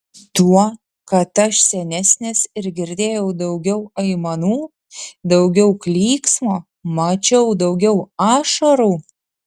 tuo kad aš senesnis ir girdėjau daugiau aimanų daugiau klyksmo mačiau daugiau ašarų